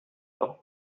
though